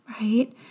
right